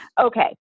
Okay